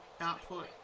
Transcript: output